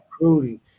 recruiting